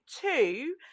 two